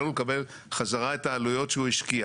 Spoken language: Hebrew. לו לקבל חזרה את העלויות שהוא השקיע.